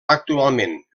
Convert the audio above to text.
actualment